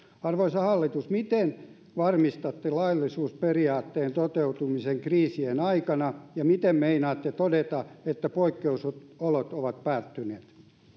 arvoisa hallitus miten varmistatte laillisuusperiaatteen toteutumisen kriisien aikana ja miten meinaatte todeta että poikkeusolot ovat päättyneet